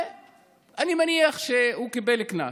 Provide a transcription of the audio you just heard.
אני מניח שהוא קיבל קנס.